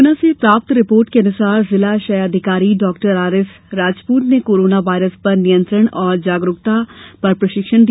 गुना से प्राप्त रिपोर्ट के अनुसार जिला क्षय अधिकारी डॉ आरएस राजपूत ने कोरोना वायरस पर नियंत्रण एवं जागरूकता पर प्रशिक्षण दिया